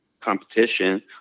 competition